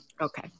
Okay